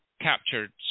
captured